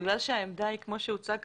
בגלל שהעמדה היא כמו שהוצג כאן,